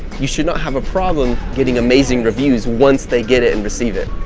you should not have a problem getting amazing reviews. once they get it and receive it,